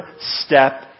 step